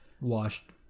washed